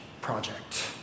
project